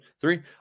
three